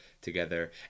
together